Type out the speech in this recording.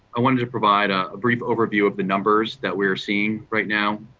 i wanted to provide a brief overview of the numbers that we are seeing right now.